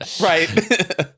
right